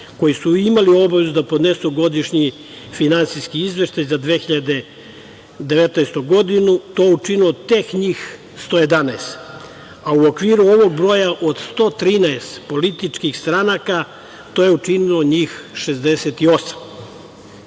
koji su imali obavezu da podnesu godišnji finansijski izveštaj, za 2019. godinu, to učinilo tek njih 111, a u okviru ovog broja od 113 političkih stranaka, to je učinilo njih 68.Ako